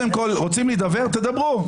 רוצים להידבר, תדברו.